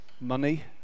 money